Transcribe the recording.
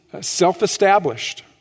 self-established